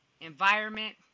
environment